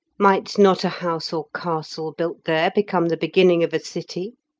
might not a house or castle built there become the beginning of a city?